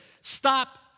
stop